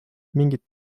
mingit